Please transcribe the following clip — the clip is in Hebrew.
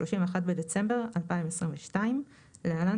(31 בדצמבר 2022) (להלן,